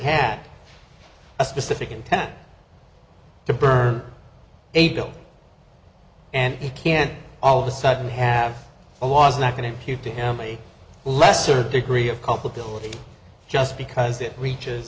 had a specific intent to burn a bill and he can't all of a sudden have a was not going to hew to him a lesser degree of culpability just because it reaches